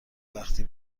وقتی